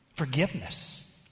Forgiveness